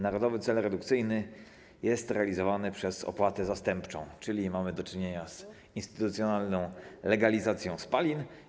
Narodowy cel redukcyjny jest realizowany przez opłatę zastępczą, czyli mamy do czynienia z instytucjonalną legalizacją spalin.